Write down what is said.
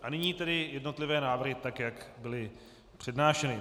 A nyní tedy jednotlivé návrhy, tak jak byly přednášeny.